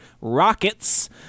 rockets